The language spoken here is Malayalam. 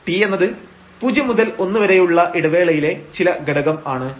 t എന്നത് 0 മുതൽ 1 വരെയുള്ള ഇടവേളയിലെ ചില ഘടകം ആണ്